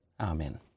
Amen